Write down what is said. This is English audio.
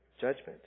judgment